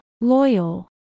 loyal